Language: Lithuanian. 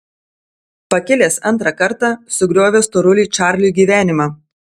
pakilęs antrą kartą sugriovė storuliui čarliui gyvenimą